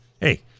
hey